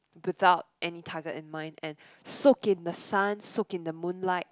without any target in mind and soak in the sun soak in the moon light